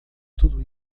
tudo